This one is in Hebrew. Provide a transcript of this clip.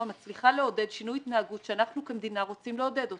מצליחה לעודד שינוי התנהגות שאנחנו כמדינה רוצים לעודד אותה.